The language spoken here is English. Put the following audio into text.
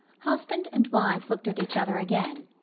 husband and wife looked at each other again.